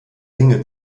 ringe